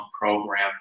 program